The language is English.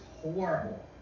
horrible